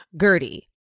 Gertie